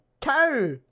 cow